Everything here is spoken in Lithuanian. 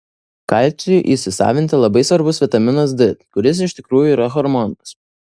kalciui įsisavinti labai svarbus vitaminas d kuris iš tikrųjų yra hormonas